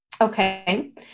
Okay